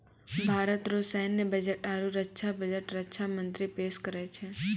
भारत रो सैन्य बजट आरू रक्षा बजट रक्षा मंत्री पेस करै छै